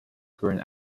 current